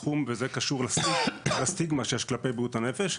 וזה קשור לסטיגמה שיש כלפי בריאות הנפש.